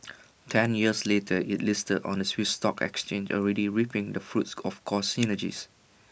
ten years later IT listed on the Swiss stock exchange already reaping the fruits of cost synergies